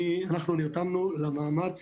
אנחנו נרתמנו למאמץ